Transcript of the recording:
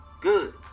good